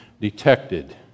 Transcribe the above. detected